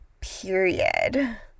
period